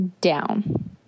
down